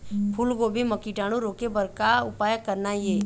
फूलगोभी म कीटाणु रोके बर का उपाय करना ये?